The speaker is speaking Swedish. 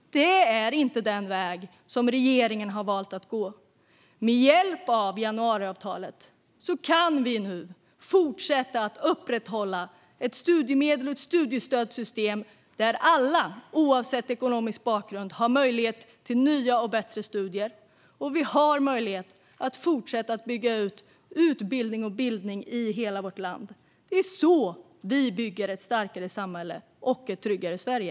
Det är inte den väg som regeringen har valt att gå. Med hjälp av januariavtalet kan vi nu fortsätta att upprätthålla ett studiemedels och studiestödssystem där alla, oavsett ekonomisk bakgrund, har möjlighet till nya och bättre studier. Vi har möjlighet att fortsätta att bygga ut utbildning och bildning i hela vårt land. Det är så vi bygger ett starkare samhälle och ett tryggare Sverige.